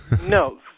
No